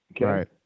Right